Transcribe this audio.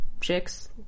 chicks